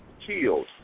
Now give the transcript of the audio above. killed